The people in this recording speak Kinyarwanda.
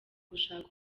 gushaka